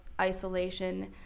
isolation